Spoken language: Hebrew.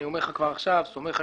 אני אומר לך כבר עכשיו שאני סומך על